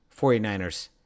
49ers